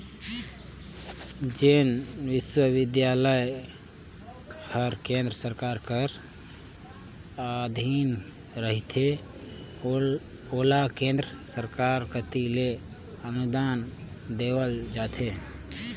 जेन बिस्वबिद्यालय हर केन्द्र सरकार कर अधीन रहथे ओला केन्द्र सरकार कती ले अनुदान देहल जाथे